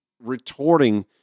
retorting